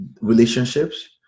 relationships